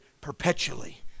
perpetually